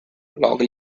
log